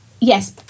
yes